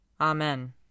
Amen